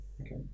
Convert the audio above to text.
Okay